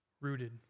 rooted